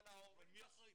אבל ההורים --- אבל מי אחראי?